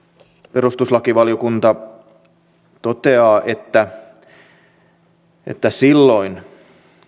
perustuslakivaliokunta toteaa että että silloin